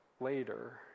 later